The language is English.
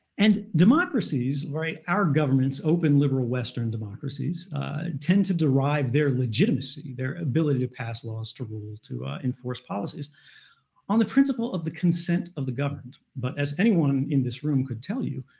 and democracies, right, our government's open liberal western democracies tend to derive their legitimacy, their ability to pass laws, to rule, to enforce policies on the principle of the consent of the government. but as anyone in this room could tell you,